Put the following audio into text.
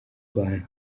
abantu